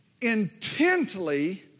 intently